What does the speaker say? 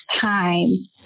time